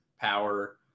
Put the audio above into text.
power